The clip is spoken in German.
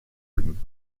wegen